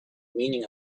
meaning